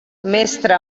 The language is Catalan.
mestre